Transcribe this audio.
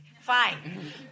Fine